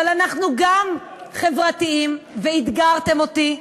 אבל אנחנו גם חברתיים ואתגרתם אותי.